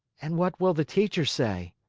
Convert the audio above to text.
and what will the teacher say?